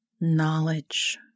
knowledge